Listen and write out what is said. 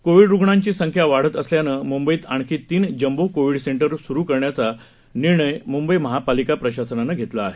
Covid रुग्णांची संख्या वाढत असल्यानं मुंबईत आणखी तीन जम्बो कोविड सेंटर सुरू करण्याचा निर्णय मुंबई महापालिका प्रशासनानं घेतला आहे